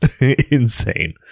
insane